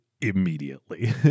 immediately